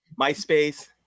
myspace